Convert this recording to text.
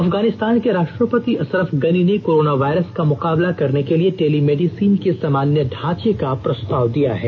अफगानिस्तान के राष्ट्रपति असरफ गनी ने कोरोना वायरस का मुकाबला करने के लिए टेली मेडिसिन के सामान्य ढाचे का प्रस्ताव दिया है